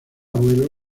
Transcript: vuelo